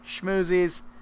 Schmoozie's